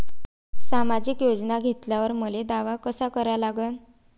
सामाजिक योजना घेतल्यावर मले दावा कसा करा लागन?